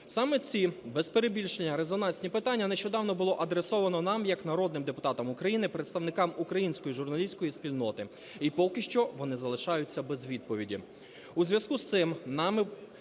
Саме ці, без перебільшення, резонансні питання нещодавно було адресовано нам як народним депутатам України, представникам української журналістської спільноти, і поки що вони залишаються без відповіді.